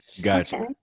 Gotcha